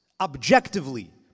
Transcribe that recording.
objectively